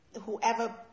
whoever